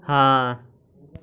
ਹਾਂ